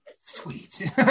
Sweet